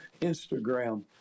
Instagram